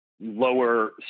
lower